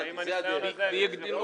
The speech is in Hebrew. ועם הניסיון הזה הן --- הבנתי.